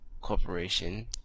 Corporation